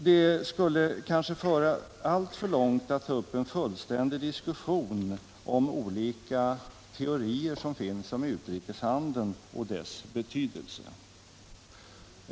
Det skulle kanske föra alltför långt att ta upp en utförlig diskussion om olika teorier som finns om utrikeshandeln och dess betydelse.